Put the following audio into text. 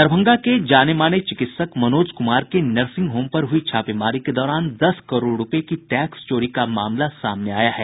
दरभंगा के जाने माने चिकित्सक मनोज कुमार के नर्सिंग होम पर हुई छापेमारी के दौरान दस करोड़ रूपये की टैक्स चोरी का मामला सामने आया है